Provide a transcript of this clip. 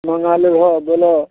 महँगा लेबऽ बोलऽ